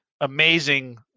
amazing